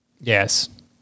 Yes